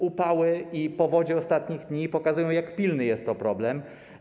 Upały i powodzie ostatnich dni pokazują, jak pilny jest to problem.